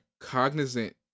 cognizant